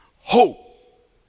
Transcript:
Hope